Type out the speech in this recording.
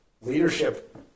leadership